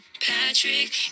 patrick